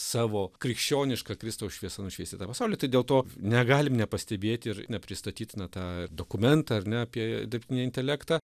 savo krikščioniška kristaus šviesa nušviesti tą pasaulį tai dėl to negalim nepastebėti ir nepristatyti na tą dokumentą ar ne apie dirbtinį intelektą